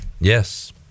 yes